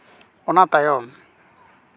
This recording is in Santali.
ᱚᱱᱟ ᱛᱟᱭᱚᱢ